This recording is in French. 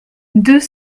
deux